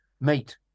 mate